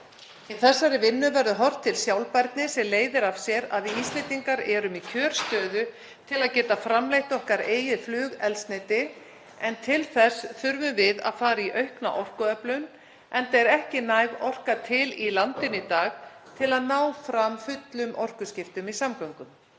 Í þessari vinnu verður horft til sjálfbærni sem leiðir af sér að við Íslendingar erum í kjörstöðu til að geta framleitt okkar eigið flugeldsneyti, en til þess þurfum við að fara í aukna orkuöflun enda er ekki næg orka til í landinu í dag til að ná fram fullum orkuskiptum í samgöngum.